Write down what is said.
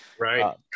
Right